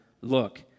Look